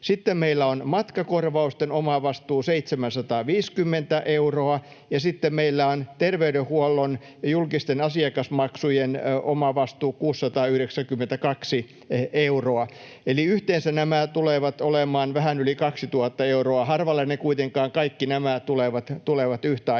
sitten meillä on matkakorvausten omavastuu 750 euroa, ja sitten meillä on terveydenhuollon ja julkisten asiakasmaksujen omavastuu 692 euroa, eli yhteensä nämä tulevat olemaan vähän yli 2 000 euroa. Harvalle kuitenkaan kaikki nämä tulevat yhtä aikaa.